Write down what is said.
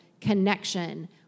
connection